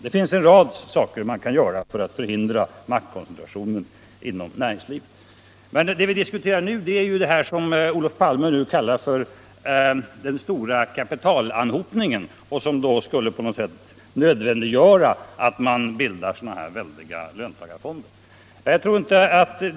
Det finns en mängd åtgärder man kan vidta för att förhindra maktkoncentration inom näringslivet. Men det vi nu diskuterar är ju vad herr Palme kallar för stora kapitalanhopningar och som skulle nödvändiggöra att man bildar dessa väldiga löntagarfonder.